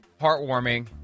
heartwarming